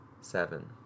seven